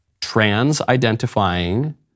trans-identifying